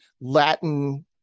Latin